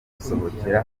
gusohokera